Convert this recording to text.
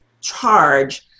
charge